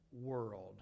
World